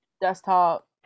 desktop